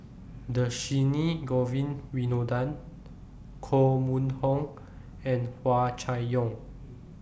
Dhershini Govin Winodan Koh Mun Hong and Hua Chai Yong